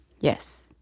Yes